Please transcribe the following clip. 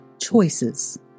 Choices